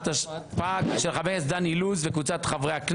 התשפ"ג 2023 (פ/3071/25)